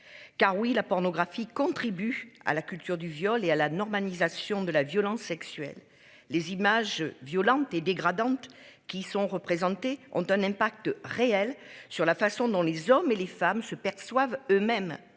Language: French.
Car oui la pornographie contribue à la culture du viol et à la normalisation de la violence sexuelle. Les images violentes et dégradantes qui sont représentés, on donne impact réel sur la façon dont les hommes et les femmes se perçoivent eux-mêmes